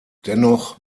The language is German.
dennoch